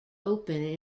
open